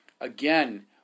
again